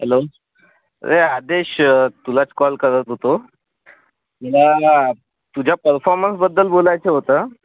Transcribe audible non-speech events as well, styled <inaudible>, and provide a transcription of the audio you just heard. hello अरे आदेश तुलाच call करत होतो <unintelligible> तुझ्या परफॉर्मन्सबद्दल बोलायचं होतं